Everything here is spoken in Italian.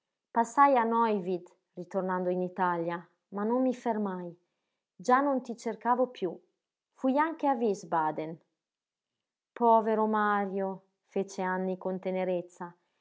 passai da neuwied ritornando in italia ma non mi fermai già non ti cercavo piú fui anche a wiesbaden povero mario fece anny con tenerezza